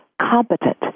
competent